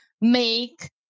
make